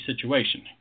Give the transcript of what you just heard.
situation